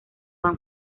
han